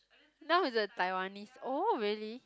now is the Taiwanese oh really